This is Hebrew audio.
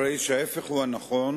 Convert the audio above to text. הרי ההיפך הוא הנכון